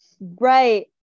Right